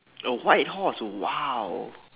a white horse !wow!